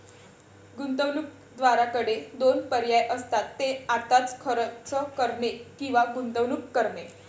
गुंतवणूकदाराकडे दोन पर्याय असतात, ते आत्ताच खर्च करणे किंवा गुंतवणूक करणे